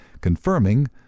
confirming